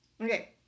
Okay